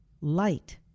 light